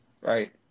Right